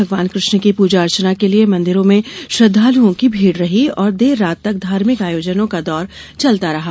भगवान कृष्ण की पूजा अर्चना के लिए मंदिरों में श्रद्दालुओं की भीड़ रही और देर रात तक धार्मिक आयोजनों का दौर चलता रहा